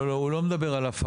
לא, לא, הוא לא מדבר על הפרה.